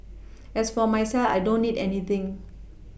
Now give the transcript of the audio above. as for myself I don't need anything